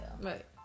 Right